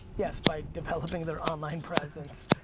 yes, by developing their online presence.